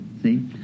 see